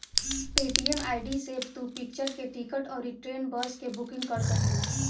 Paytm ID से तू picture के टिकट अउरी ट्रेन, बस के बुकिंग कर सकेला